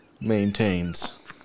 maintains